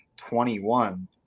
21